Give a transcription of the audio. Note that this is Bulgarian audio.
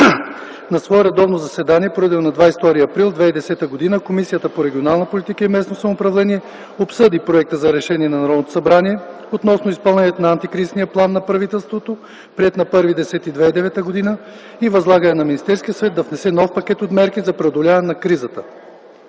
На свое редовно заседание, проведено на 22 април 2010 г., Комисията по регионална политика и местно самоуправление обсъди проекта за Решение на Народното събрание относно изпълнението на Антикризисния план на правителството, приет на 1.10.2009 г., и възлагане на Министерския съвет да внесе нов пакет от мерки за преодоляване на кризата,